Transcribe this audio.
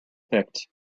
picked